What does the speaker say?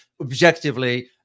objectively